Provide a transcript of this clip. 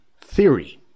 theory